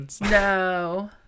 No